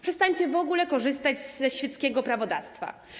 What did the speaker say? Przestańcie w ogóle korzystać ze świeckiego prawodawstwa.